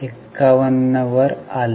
51 वर आले